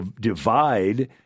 divide